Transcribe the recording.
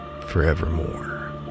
forevermore